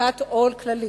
ופריקת עול כללית.